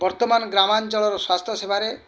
ବର୍ତ୍ତମାନ ଗ୍ରାମାଞ୍ଚଳର ସ୍ଵାସ୍ଥ୍ୟସେବାରେ